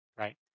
right